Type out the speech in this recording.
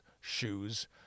shoes